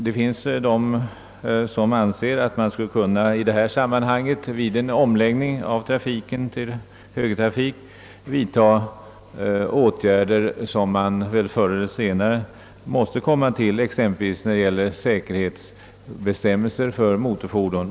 Det finns de som anser att man borde i samband med omläggningen till högertrafik vidta åtgärder som man förr eller senare ändå måste företa, exempelvis att införa bättre säkerhetsbestämmelser för motorfordon.